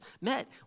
met